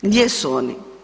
Gdje su oni?